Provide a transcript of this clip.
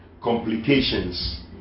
Complications